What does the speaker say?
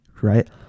right